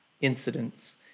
incidents